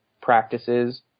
practices